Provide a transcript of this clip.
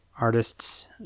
artists